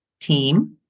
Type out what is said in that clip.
team